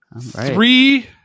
Three